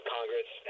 Congress